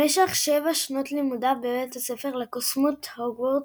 במשך שבע שנות לימודיו בבית הספר לקוסמות הוגוורטס,